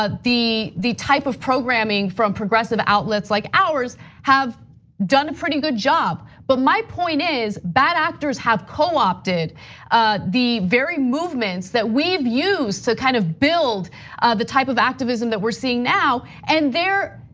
ah the the type of programming from progressive outlets like ours have done pretty good job. but my point is, bad actors have co-opted the very movements that we've used to kind of build the type of activism that we're seeing now, and there,